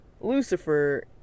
Lucifer